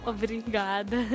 Obrigada